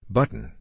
Button